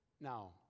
Now